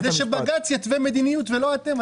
הרי נבחרתם כדי שבג"ץ יתווה מדיניות ולא אתם,